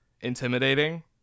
intimidating